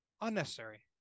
unnecessary